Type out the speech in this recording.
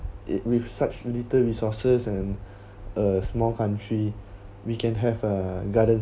it with such little resources and a small country we can have a garden